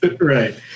Right